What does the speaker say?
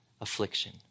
affliction